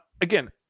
again